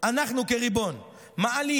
אנחנו כריבון מעלים